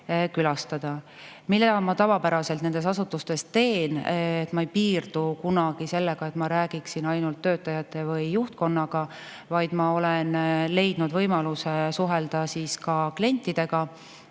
külastada. Mida ma tavapäraselt nendes asutustes teen? Ma ei piirdu kunagi sellega, et ma räägin ainult töötajate või juhtkonnaga, vaid ma olen leidnud võimaluse suhelda ka klientidega.